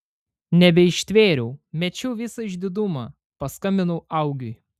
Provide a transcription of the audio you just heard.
nebeištvėriau mečiau visą išdidumą paskambinau augiui